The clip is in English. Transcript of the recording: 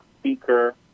speaker